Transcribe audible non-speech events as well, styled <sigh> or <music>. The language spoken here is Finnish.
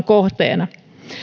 <unintelligible> kohteena